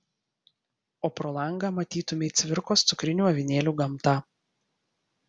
o pro langą matytumei cvirkos cukrinių avinėlių gamtą